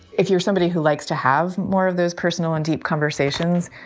if you're somebody who likes to have more of those personal and deep conversations,